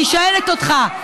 אני שואלת אותך.